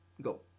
Go